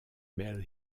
mel